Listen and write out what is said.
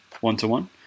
one-to-one